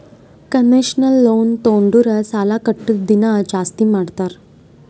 concessional loan ತೊಂಡುರ್ ಸಾಲಾ ಕಟ್ಟದ್ ದಿನಾ ಜಾಸ್ತಿ ಮಾಡ್ತಾರ್